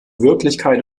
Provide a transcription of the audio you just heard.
wirklichkeit